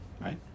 Right